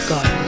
God